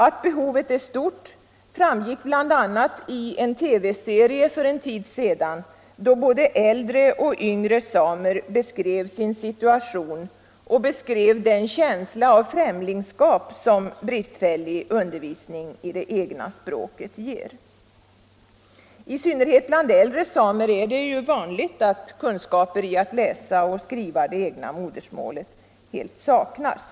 Att behovet är stort framgick bl.a. i en TV-serie för en tid sedan, då både äldre och yngre samer beskrev sin situation och den känsla av främlingskap som bristfällig undervisning i det egna språket ger. I synnerhet bland äldre samer är det vanligt att kunskaper i att läsa och skriva det egna modersmålet helt saknas.